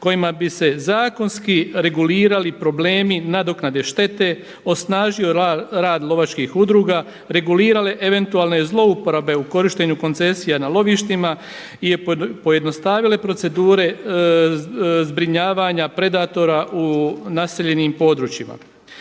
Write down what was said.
kojima bi se zakonski regulirali problemi nadoknade štete, osnažio rad lovačkih udruga, regulirale eventualne zlouporabe u korištenju koncesija na lovištima i pojednostavile procedure zbrinjavanja predatora u naseljenim područjima.